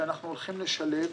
שאנחנו הולכים לשלב,